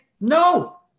no